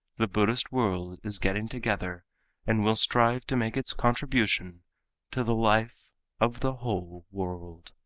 the buddhist world is getting together and will strive to make its contribution to the life of the whole world.